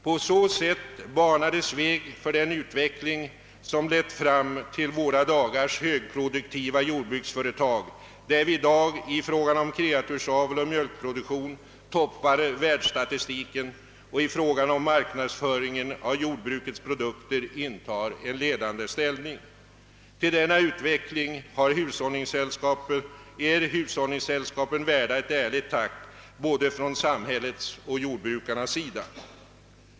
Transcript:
På så sätt banades väg för den utveckling, som lett fram till våra dagars högproduktiva jordbruksföretag, som gör att vi i fråga om kreatursavel och mjölkproduktion toppar världsstatistiken och när det gäller marknadsföringen av jordbrukets produkter intar en ledande ställning. Till denna utveckling har hushållningssällskapens verksamhet i hög grad bidragit, och för den insatsen är hushållningssällskapen värda ett ärligt tack både från samhällets och jordbrukarnas sida.